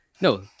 No